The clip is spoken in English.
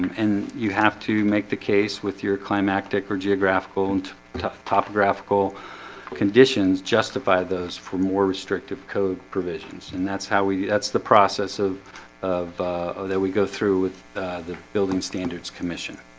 and you have to make the case with your climactic or geographical and tough topographical conditions justify those for more restrictive code provisions and that's how we that's the process of of that we go through with the building standards commission